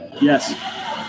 Yes